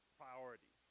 priority